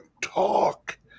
talk